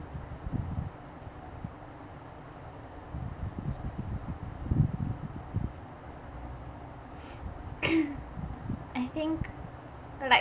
I think like